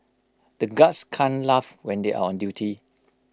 the guards can't laugh when they are on duty